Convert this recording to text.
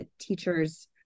teachers